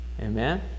Amen